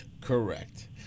correct